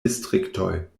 distriktoj